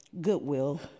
Goodwill